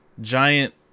Giant